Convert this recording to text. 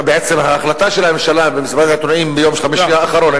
ובעצם ההחלטה של הממשלה שהוצגה במסיבת העיתונאים ביום חמישי האחרון,